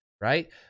right